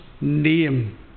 name